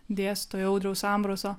dėstytojo audriaus ambraso